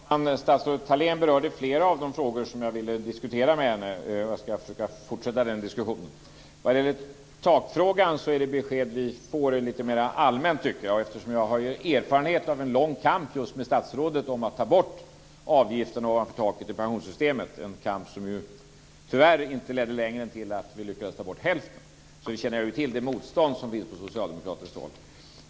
Fru talman! Statsrådet Thalén berörde flera av de frågor som jag ville diskutera med henne. Jag ska försöka fortsätta den diskussionen. Jag tycker att det besked vi får angående takfrågan är lite mer allmänt. Eftersom jag har erfarenhet av en lång kamp med statsrådet om att ta bort avgiften ovanför taket i pensionssystemet - en kamp som tyvärr inte ledde längre än till att vi lyckades ta bort hälften - känner jag till det motstånd som finns på socialdemokratiskt håll.